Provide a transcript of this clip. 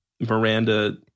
Miranda